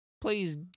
Please